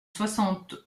soixante